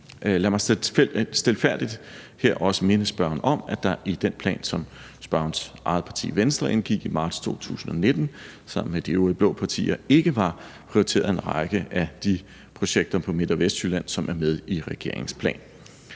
Lad mig stilfærdigt også her minde spørgeren om, at der i den plan, som spørgerens eget parti, Venstre, indgik i marts 2019 sammen med de øvrige blå partier, ikke var prioriteret en række af de projekter på Midt- og Vestsjælland, som er med i regeringens plan.